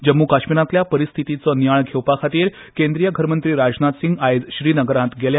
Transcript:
जम्म् काश्मीरातल्या परिस्थितीचो नियाळ घेवपाखातीर केंद्रीय घरमंत्री राजनाथ सिंग आयज श्रीनगरात वतले